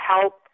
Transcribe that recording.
help